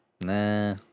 Nah